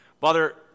Father